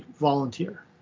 volunteer